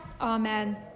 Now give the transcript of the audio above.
Amen